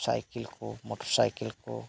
cycle ᱠᱚ motor cycle ᱠᱚ